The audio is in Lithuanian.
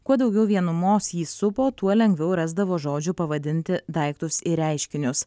kuo daugiau vienumos jį supo tuo lengviau rasdavo žodžių pavadinti daiktus ir reiškinius